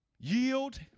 Yield